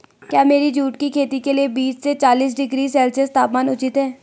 क्या मेरी जूट की खेती के लिए बीस से चालीस डिग्री सेल्सियस तापमान उचित है?